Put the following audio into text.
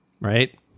right